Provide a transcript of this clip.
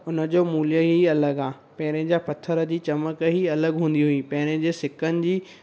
हुनजो मुल्हु ई अलॻि आहे पहिरें जा पथर जी चिम्क ई अलॻि हूंदी हुई पहिरें जे सिकनि जी